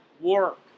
work